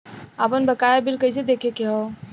आपन बकाया बिल कइसे देखे के हौ?